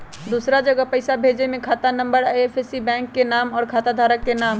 दूसरा जगह पईसा भेजे में खाता नं, आई.एफ.एस.सी, बैंक के नाम, और खाता धारक के नाम?